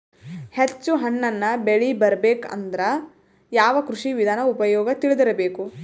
ಹೆಚ್ಚು ಹಣ್ಣನ್ನ ಬೆಳಿ ಬರಬೇಕು ಅಂದ್ರ ಯಾವ ಕೃಷಿ ವಿಧಾನ ಉಪಯೋಗ ತಿಳಿದಿರಬೇಕು?